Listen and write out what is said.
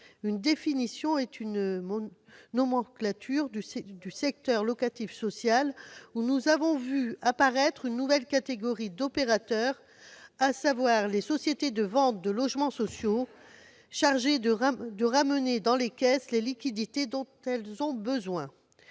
une définition et une nomenclature du secteur locatif social, au sein duquel nous avons vu apparaître une nouvelle catégorie d'opérateurs, à savoir les sociétés de vente de logements sociaux, chargées de ramener dans les caisses les liquidités dont elles ont besoin.